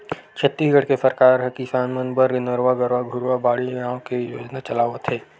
छत्तीसगढ़ के सरकार ह किसान मन बर नरूवा, गरूवा, घुरूवा, बाड़ी नांव के योजना चलावत हे